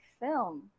film